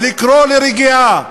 ולקרוא לרגיעה,